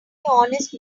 honest